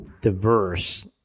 diverse